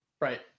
right